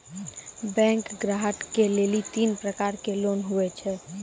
Bank ग्राहक के लेली तीन प्रकर के लोन हुए छै?